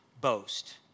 boast